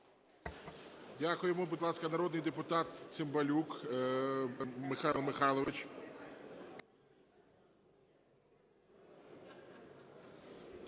Дякую. Будь ласка, народний депутат Цимбалюк Михайло Михайлович.